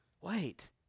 Wait